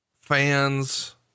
fans